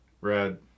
red